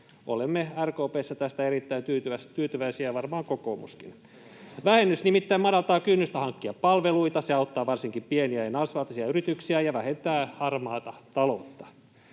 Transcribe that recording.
Olemme RKP:ssä tästä erittäin tyytyväisiä ja varmaan kokoomuskin. Vähennys nimittäin madaltaa kynnystä hankkia palveluita, se auttaa varsinkin pieniä ja naisvaltaisia yrityksiä ja vähentää harmaata taloutta.